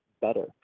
better